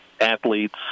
athletes